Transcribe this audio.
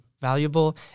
valuable